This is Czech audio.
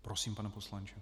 Prosím, pane poslanče.